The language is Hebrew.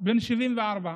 בן 74,